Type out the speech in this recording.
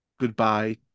goodbye